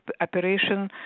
operation